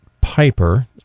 Piper